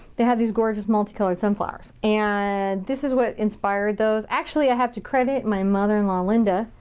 they have these gorgeous, multi-colored sunflowers, and this is what inspired those. actually, i have to credit my mother-in-law, linda,